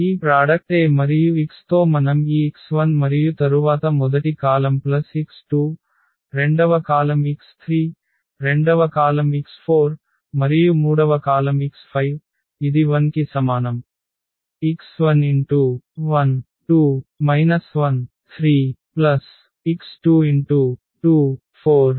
ఈ product A మరియు x తో మనం ఈ x1 మరియు తరువాత మొదటి కాలమ్ ప్లస్ x2 రెండవ కాలమ్ x3 రెండవ కాలమ్ x4 మరియు మూడవ కాలమ్ x5 ఇది 0 కి సమానం